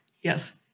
Yes